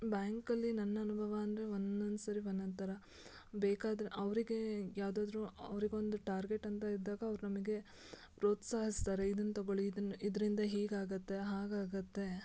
ಬ್ಯಾಂಕಲ್ಲಿ ನನ್ನ ಅನುಭವ ಅಂದರೆ ಒಂದೊಂದು ಸರಿ ಒಂದೊಂದು ಥರ ಬೇಕಾದರೆ ಅವ್ರಿಗೆ ಯಾವುದಾದ್ರು ಅವ್ರಿಗೆ ಒಂದು ಟಾರ್ಗೆಟ್ ಅಂತ ಇದ್ದಾಗ ಅವ್ರು ನಮಗೆ ಪ್ರೋತ್ಸಾಹಿಸ್ತಾರೆ ಇದನ್ನು ತಗೊಳ್ಳಿ ಇದನ್ನು ಇದರಿಂದ ಹೀಗಾಗುತ್ತೆ ಹಾಗಾಗುತ್ತೆ